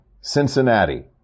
Cincinnati